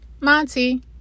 Monty